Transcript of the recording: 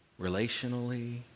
relationally